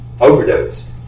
overdose